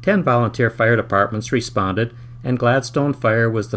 ten volunteer fire departments responded and gladstone fire was the